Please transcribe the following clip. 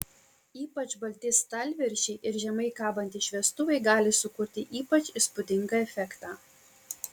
ypač balti stalviršiai ir žemai kabantys šviestuvai gali sukurti ypač įspūdingą efektą